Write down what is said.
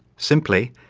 simply,